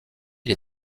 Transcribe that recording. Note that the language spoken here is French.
les